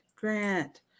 Grant